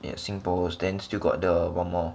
yes Singpost then still got the one more